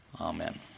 Amen